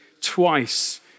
twice